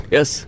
Yes